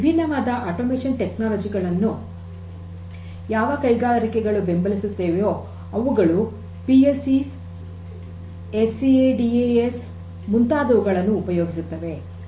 ವಿಭಿನ್ನವಾದ ಯಾಂತ್ರೀಕೃತಗೊಂಡ ತಂತ್ರಜ್ಞಾನಗಳನ್ನು ಯಾವ ಕೈಗಾರಿಕೆಗಳು ಬೆಂಬಲಿಸುತ್ತವೆಯೋ ಅವುಗಳು ಪಿ ಎಲ್ ಸಿ ಸ್ಕಾಡಾಸ್ ಮುಂತಾದುವುಗಳನ್ನು ಉಪಯೋಗಿಸುತ್ತವೆ